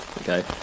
Okay